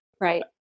Right